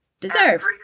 deserve